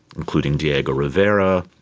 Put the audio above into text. including diego rivera,